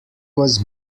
was